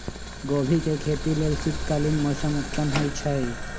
गोभी के खेती लेल शीतकालीन मौसम उत्तम होइ छइ